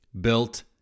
Built